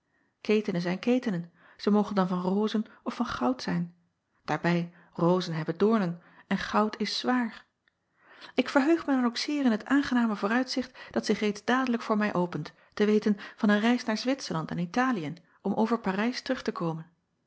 etenen zijn ketenen zij mogen dan van rozen of van goud zijn daarbij rozen hebben doornen en goud is zwaar acob van ennep laasje evenster delen k verheug mij dan ook zeer in het aangename vooruitzicht dat zich reeds dadelijk voor mij opent te weten van een reis naar witserland en taliën om over arijs terug te komen